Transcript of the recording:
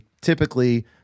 typically